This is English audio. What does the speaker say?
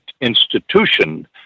institution